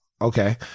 Okay